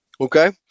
Okay